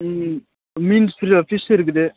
ம் மீன் ஃபிஷ் இருக்குது